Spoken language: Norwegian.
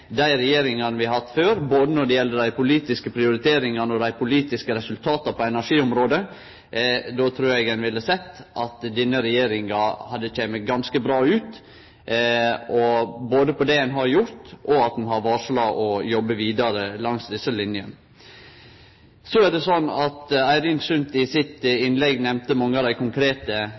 dei politiske prioriteringane og dei politiske resultata på energiområdet, for då trur eg ein ville ha sett at denne regjeringa har kome ganske bra ut når det gjeld det ein har gjort, og at ein har varsla å jobbe vidare langs desse linene. Eirin Sund nemnde i sitt innlegg mange av dei konkrete